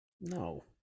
No